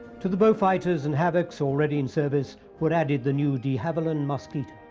to the bow fighters and havocs already in service were added the new de havilland mosquito.